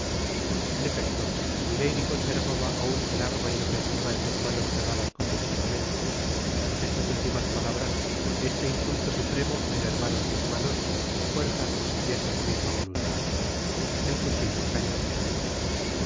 en efecto milady conservaba aun el arma inofensiva en sus manos cerradas convulsivamente mas estas últimas palabras este insulto supremo enervaron sus manos sus fuerzas y hasta su misma voluntad el cuchillo cayó al suelo